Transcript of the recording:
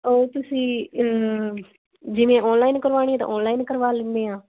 ਉਹ ਤੁਸੀਂ ਜਿਵੇਂ ਆਨਲਾਈਨ ਕਰਵਾਉਣੀ ਤਾਂ ਆਨਲਾਈਨ ਕਰਵਾ ਲੈਦੇ ਹਾਂ